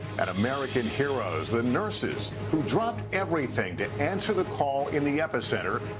and american heroes, the nurses who dropped everything to answer the call in the epicenter.